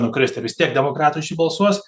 nukrist vis tiek demokratai už jį balsuos